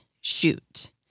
shoot